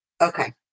Okay